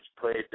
played